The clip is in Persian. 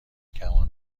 کمان